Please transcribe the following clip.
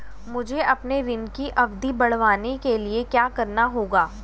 मुझे अपने ऋण की अवधि बढ़वाने के लिए क्या करना होगा?